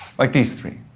like these three.